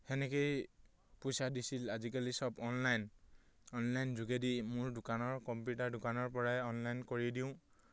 সেনেকৈয়ে পইচা দিছিল আজিকালি চব অনলাইন অনলাইন যোগেদি মোৰ দোকানৰ কম্পিউটাৰ দোকানৰপৰাই অনলাইন কৰি দিওঁ